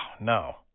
no